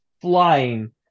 flying